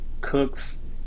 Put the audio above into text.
cooks